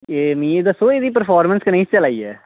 एह् मिगी दस्सो एह्दी परफॉर्मेंस कनेही चला दी ऐ